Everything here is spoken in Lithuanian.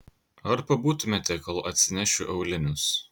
ar pabūtumėte kol atsinešiu aulinius